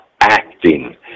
acting